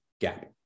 gap